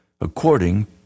according